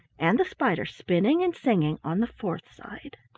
and the spider spinning and singing on the fourth side